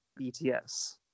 BTS